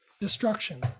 destruction